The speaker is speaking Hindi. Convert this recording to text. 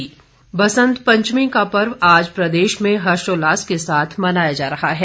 बसंत पंचमी बसंत पंचमी का पर्व आज प्रदेश में हर्षोल्लास के साथ मनाया जा रहा है